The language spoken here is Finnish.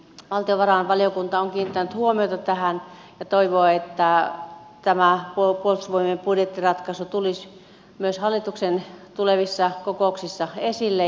valtiovarainvaliokunta on kiinnittänyt huomiota tähän ja toivoo että tämä puolustusvoimien budjettiratkaisu tulisi myös hallituksen tulevissa kokouksissa esille